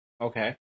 Okay